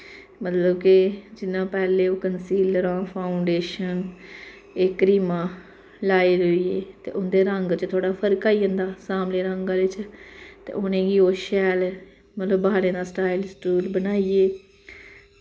मतलब कि जियां ओह् पैह्ले कंसीलरां फाउंडेशन एह् क्रीमां लाई लुई ते उं'दे रंग च थोह्ड़ा फर्क आई जंदा सांबले रंग च ते उ'नेंगी ओह् शैल मतलब कि बालें दा स्टाइल स्टूइल बनाइयै